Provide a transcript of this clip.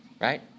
Right